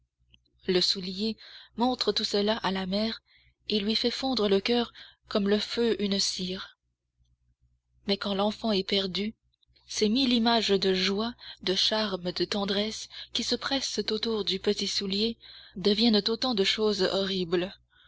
le soulier montre tout cela à la mère et lui fait fondre le coeur comme le feu une cire mais quand l'enfant est perdu ces mille images de joie de charme de tendresse qui se pressent autour du petit soulier deviennent autant de choses horribles